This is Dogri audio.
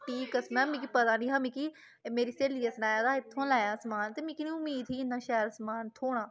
हट्टी दी कसम ऐ मिगी पती नी ऐहा निगी मेरियें स्हेलियै सनाया इत्थुआं लैआं समान ते मिगी नी उमीद ही इन्ना शैल समान थ्होना